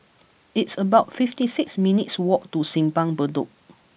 it's about fifty six minutes' walk to Simpang Bedok